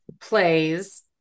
plays